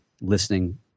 listening